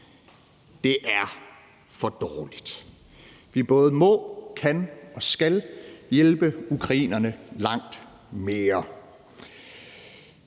Det er for dårligt. Vi både må, kan og skal hjælpe ukrainerne langt mere.